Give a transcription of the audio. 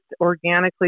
organically